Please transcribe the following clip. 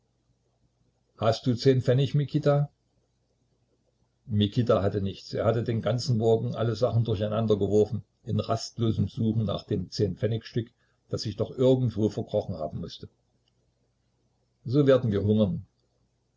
hast du zehn pfennig mikita mikita hatte nichts er hatte den ganzen morgen alle sachen durcheinandergeworfen in rastlosem suchen nach dem pfennigstück das sich doch irgendwo verkrochen haben mußte so werden wir hungern